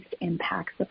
impacts